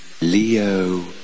Leo